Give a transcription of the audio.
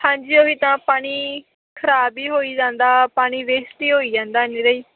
ਹਾਂਜੀ ਉਹੀ ਤਾਂ ਪਾਣੀ ਖ਼ਰਾਬ ਹੀ ਹੋਈ ਜਾਂਦਾ ਪਾਣੀ ਵੇਸਟ ਹੀ ਹੋਈ ਜਾਂਦਾ ਨਿਰਾ ਹੀ